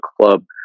club